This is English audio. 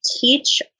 teach